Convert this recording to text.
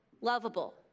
lovable